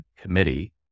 committee